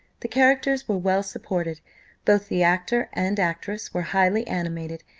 the characters were well supported both the actor and actress were highly animated,